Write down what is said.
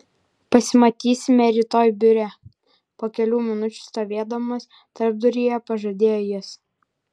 pasimatysime rytoj biure po kelių minučių stovėdamas tarpduryje pažadėjo jis